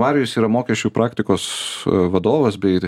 marijus yra mokesčių praktikos vadovas bei ir